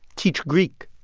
teach greek.